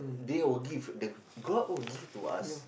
they will give the god will give to us